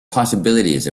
possibilities